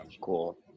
cool